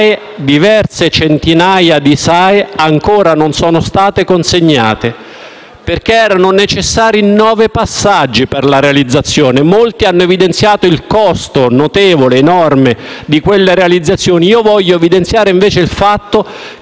diverse centinaia, ancora non sono state consegnate, perché erano necessari nove passaggi per la loro realizzazione. Molti hanno evidenziato il costo notevole, enorme, di quelle realizzazioni, io voglio evidenziare invece il fatto che